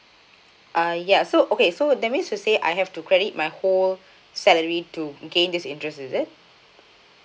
uh ya so okay so that means to say I have to credit my whole salary to gain this interest is it